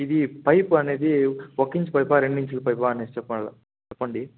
ఇది పైప్ అనేది ఒకించు పైపా రెండించుల పైపా అనేసి చెప్పాలా చెప్పండి